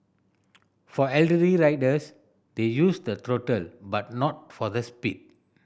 for elderly riders they use the throttle but not for the speed